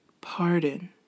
pardon